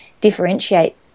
differentiate